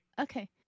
Okay